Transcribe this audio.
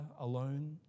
alone